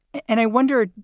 and i wondered,